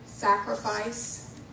sacrifice